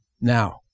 Now